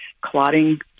clotting